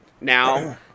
now